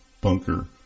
bunker